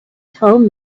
told